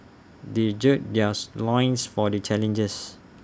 they gird theirs loins for the challenge